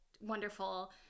wonderful